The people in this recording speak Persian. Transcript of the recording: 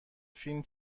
فیلم